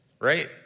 Right